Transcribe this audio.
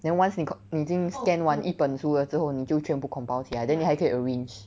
then once 你 co~ 你已经 scan 完一本书了之后你就全部 compile 起来 then 你还可以 arrange